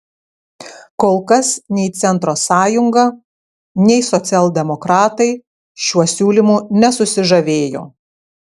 kol kas nei centro sąjunga nei socialdemokratai šiuo siūlymu nesusižavėjo